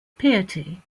piety